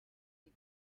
гэж